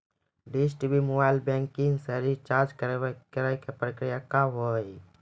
Dish TV mobile banking से recharge करे के प्रक्रिया का हाव हई?